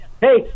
Hey